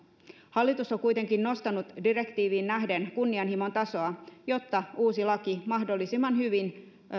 hallitus on kuitenkin nostanut direktiiviin nähden kunnianhimon tasoa jotta uusi laki mahdollisimman hyvin